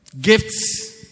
Gifts